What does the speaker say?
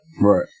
Right